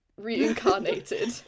reincarnated